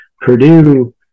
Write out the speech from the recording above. Purdue